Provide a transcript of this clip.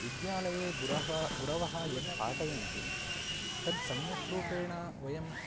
विद्यालये गुरवः गुरवः यद् पाठयन्ति तद् सम्यक् रूपेण वयं